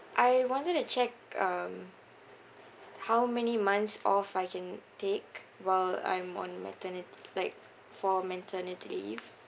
I wanted to check um how many months off I can take while I'm on maternity like for maternity leave